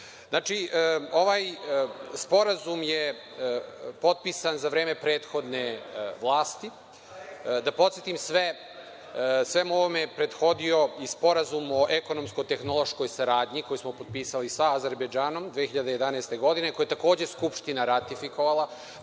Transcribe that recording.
ovaj sporazum je potpisan za vreme prethodne vlasti, da podsetim svemu ovome je prethodio sporazum o ekonomsko-tehnološkoj centrali koju smo potpisali sa Azerbejdžanom 2011. godine koje je takođe Skupština ratifikovala,